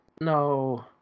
No